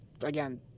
again